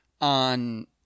on